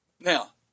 Now